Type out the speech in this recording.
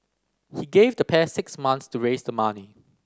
he gave the pair six months to raise the money